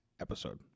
episode